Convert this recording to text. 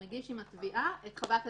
שהוא מגיש עם התביעה את חוות המומחה.